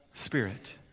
spirit